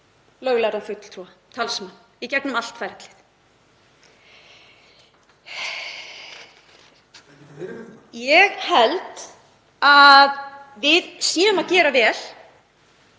löglærða fulltrúa, talsmenn í gegnum allt ferlið. Ég held að við séum að gera vel